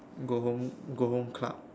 go home go home club